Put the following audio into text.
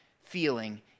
feeling